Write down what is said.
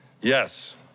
Yes